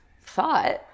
thought